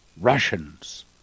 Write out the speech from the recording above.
Russians